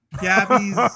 Gabby's